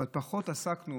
אבל פחות עסקנו